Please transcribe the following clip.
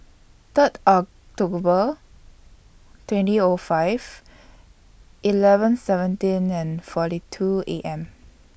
Third October twenty O five eleven seventeen and forty two A M